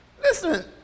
Listen